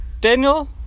daniel